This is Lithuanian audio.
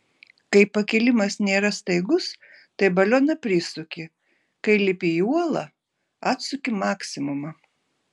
kai pakilimas nėra staigus tai balioną prisuki kai lipi į uolą atsuki maksimumą